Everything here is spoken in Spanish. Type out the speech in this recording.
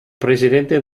presidente